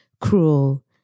cruel